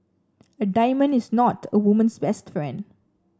a diamond is not a woman's best friend